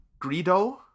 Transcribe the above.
Greedo